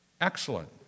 Excellent